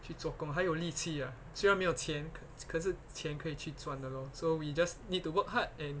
去做工还有力气 ah 虽然没有钱可是钱可以去赚的 lor so we just need to work hard and